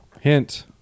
Hint